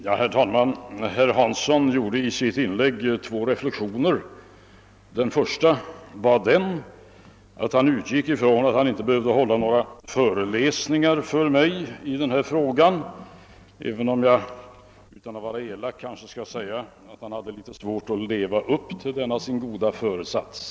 Herr talman! Herr Hansson i Skegrie gjorde i sitt inlägg två reflexioner. Den första var att han utgick ifrån att han inte behövde hålla några föreläsningar för mig i denna fråga, men utan att vara elak kanske jag kan säga att han hade litet svårt att leva upp till denna sin goda föresats.